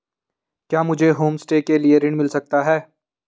क्या मुझे होमस्टे के लिए ऋण मिल सकता है?